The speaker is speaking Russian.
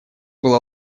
была